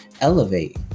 elevate